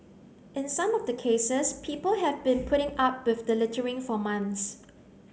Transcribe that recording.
in some of the cases people have been putting up with the littering for months